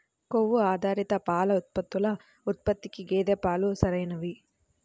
కొవ్వు ఆధారిత పాల ఉత్పత్తుల ఉత్పత్తికి గేదె పాలే సరైనవి